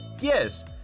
Yes